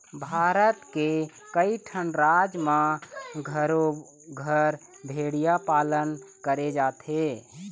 भारत के कइठन राज म घरो घर भेड़िया पालन करे जाथे